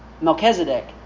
Melchizedek